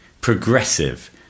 progressive